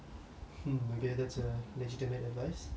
okay that's a legitimate advice